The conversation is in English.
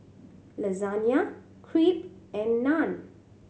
Lasagne Crepe and Naan